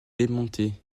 démontée